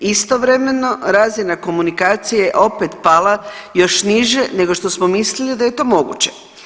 Istovremeno razina komunikacije je opet pala još niže nego što smo mislili da je to moguće.